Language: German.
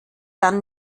dann